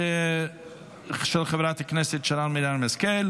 זה של חברת הכנסת שרן מרים השכל.